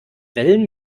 wellen